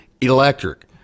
Electric